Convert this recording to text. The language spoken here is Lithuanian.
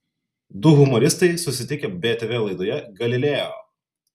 du humoristai susitikę btv laidoje galileo